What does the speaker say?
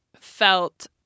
felt